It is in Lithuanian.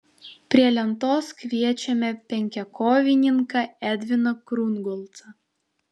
prie lentos kviečiame penkiakovininką edviną krungolcą